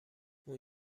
اون